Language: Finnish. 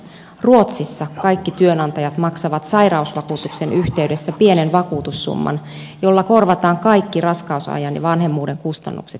ruotsissa kaikki työnantajat maksavat sairausvakuutuksen yhteydessä pienen vakuutussumman jolla korvataan kaikki raskausajan ja vanhemmuuden kustannukset työnantajalle